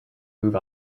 move